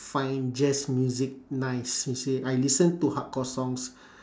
find jazz music nice you see I listen to hardcore songs